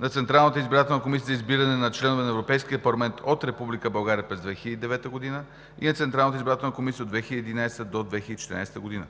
на Централната избирателна комисия за избиране за членове на Европейския парламент от Република България през 2009 г. и на Централната избирателна комисия от 2011 г. до 2014 г.